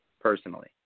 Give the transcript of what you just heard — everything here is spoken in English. Personally